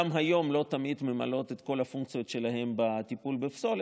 גם היום לא תמיד הן ממלאות את כל הפונקציות שלהן בטיפול בפסולת,